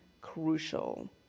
crucial